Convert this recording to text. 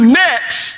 next